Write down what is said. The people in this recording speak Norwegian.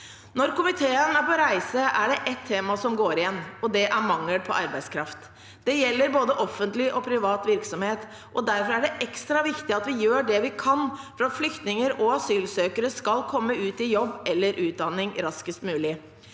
Når komiteen er på reise, er det ett tema som går igjen, og det er mangel på arbeidskraft. Det gjelder både offentlig og privat virksomhet, og derfor er det ekstra viktig at vi gjør det vi kan for at flyktninger og asylsøkere skal komme ut i jobb eller utdanning raskest mulig.